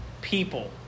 people